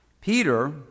Peter